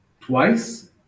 twice